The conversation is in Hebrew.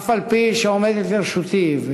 אף-על-פי שעומדת לרשותי האפשרות,